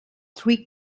three